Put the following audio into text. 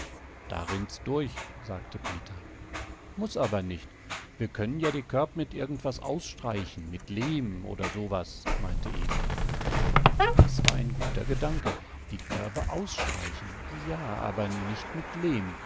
da rinnt's durch sagte peter muß aber nicht wir können ja die körb mit irgendwas ausstreichen mit lehm oder so was meinte eva das war ein guter gedanke die körbe ausstreichen ja aber nicht mit lehm